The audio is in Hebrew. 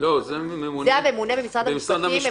זה הממונה במשרד המשפטים.